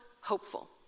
hopeful